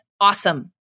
awesome